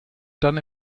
dann